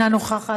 אינה נוכחת,